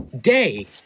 day